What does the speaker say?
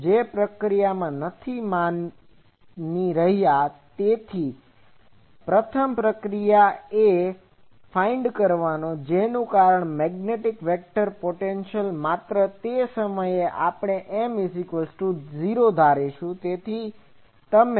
તો જે પ્રક્રિયા મેં નથી માની તેથી પ્રથમ પ્રક્રિયા એ A ફાઇન્ડ કરવાનો છે J ના કારણ નું મેગ્નેટિક વેક્ટર પોટેન્શિઅલ માત્ર તે સમયે આપણે M0 ધારીશું